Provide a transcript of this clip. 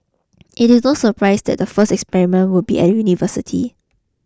it is no surprise that the first experiments will be at a university